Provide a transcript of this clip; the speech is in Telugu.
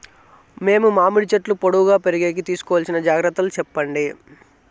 మేము మామిడి చెట్లు పొడువుగా పెరిగేకి తీసుకోవాల్సిన జాగ్రత్త లు చెప్పండి?